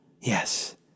Yes